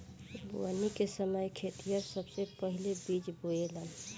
बोवनी के समय खेतिहर सबसे पहिले बिज बोवेलेन